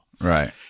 Right